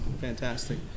fantastic